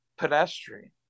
pedestrian